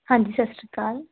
ਹਾਂਜੀ ਸਤਿ ਸ਼੍ਰੀ ਅਕਾਲ